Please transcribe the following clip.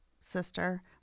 sister